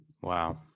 Wow